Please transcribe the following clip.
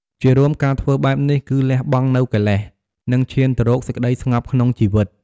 ជារួម ការធ្វើបែបនេះគឺលះបង់នូវកិលេស និងឈានទៅរកសេចក្តីស្ងប់ក្នុងជីវិត។